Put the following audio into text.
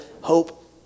hope